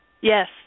Yes